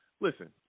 listen